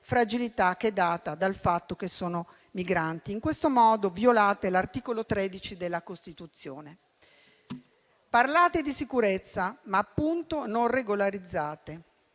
fragilità data dal fatto che sono migranti. In questo modo violate l'articolo 13 della Costituzione. Parlate di sicurezza, ma appunto non regolarizzate